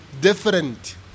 different